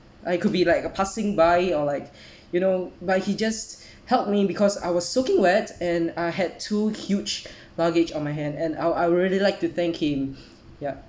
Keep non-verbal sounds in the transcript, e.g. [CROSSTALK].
I could be like a passing by or like [BREATH] you know but he just helped me because I was soaking wet and I had two huge luggage on my hand and I I would really like to thank him ya